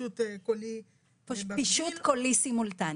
פישוט קולי --- פישוט קולי סימולטני.